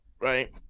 right